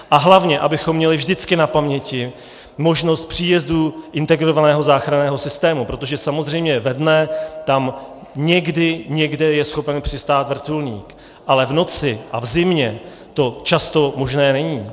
A hlavně abychom měli vždycky na paměti možnost příjezdu integrovaného záchranného systému, protože samozřejmě ve dne tam někdy někde je schopen přistát vrtulník, ale v noci a v zimě to často možné není.